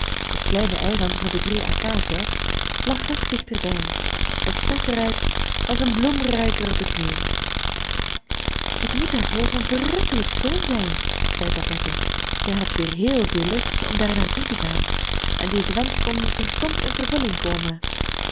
het kleine eiland met de drie acacia's lag nog dichter bij het zag er uit als een bloemruiker op het meer het moet daarboven verrukkelijk schoon zijn zei babette zij had weer heel veel lust om daar naar toe te gaan en deze wensch kon terstond in vervulling komen